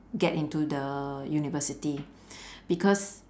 get into the university because